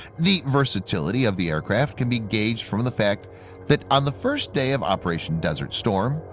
the versatility of the aircraft can be gauged from the fact that on the first day of operation desert storm,